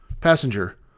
passenger